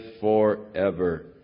forever